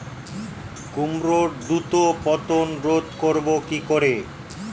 কুমড়োর দ্রুত পতন রোধ করব কি করে?